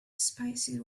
spicy